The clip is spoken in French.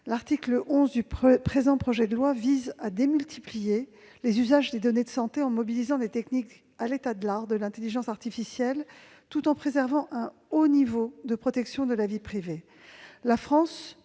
L'article 11 du projet de loi vise à démultiplier les usages des données de santé en mobilisant les techniques à l'état de l'art de l'intelligence artificielle, tout en préservant un haut niveau de protection de la vie privée. La France